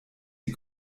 die